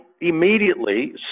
immediately